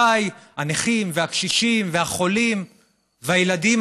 מתי הנכים והקשישים והחולים והילדים